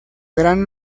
gran